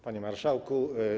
Panie Marszałku!